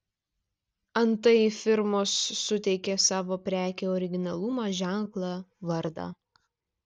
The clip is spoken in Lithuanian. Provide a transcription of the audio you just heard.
antai firmos suteikia savo prekei originalumą ženklą vardą